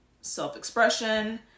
self-expression